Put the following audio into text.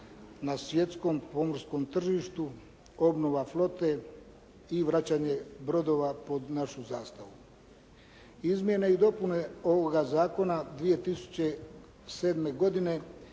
na svjetskom pomorskom tržištu, obnova flote i vraćanje brodova pod našu zastavu. Izmjene i dopune ovoga zakona 2007. godine